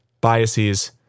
biases